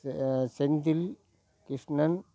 Senthil Krishnan